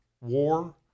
war